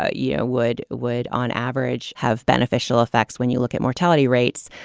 ah yeah would would on average have beneficial effects when you look at mortality rates.